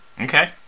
Okay